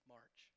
March